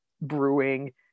brewing